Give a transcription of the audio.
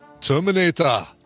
Terminator